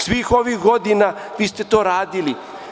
Svih ovih godina vi ste to radili.